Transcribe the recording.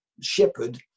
shepherd